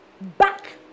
back